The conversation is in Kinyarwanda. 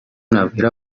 nabwira